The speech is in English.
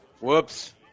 Whoops